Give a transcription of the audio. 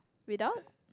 without